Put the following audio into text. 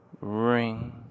ring